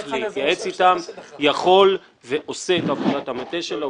להתייעץ אתם יכול ועושה את עבודת המטה שלו.